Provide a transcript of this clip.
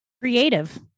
Creative